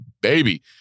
baby